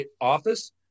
office